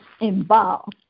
involve